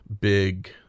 big